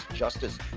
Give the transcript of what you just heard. Justice